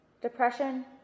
Depression